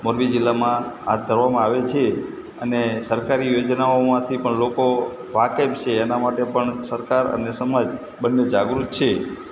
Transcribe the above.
મોરબી જિલ્લામાં હાથ ધરવામાં આવે છે અને સરકારી યોજનાઓમાંથી પણ લોકો વાકેફ છે એના માટે પણ સરકાર અને સમાજ બંને જાગૃત છે